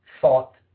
thought